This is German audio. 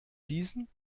diesen